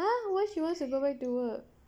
!huh! why she wants to go back to work